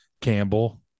Campbell